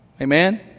Amen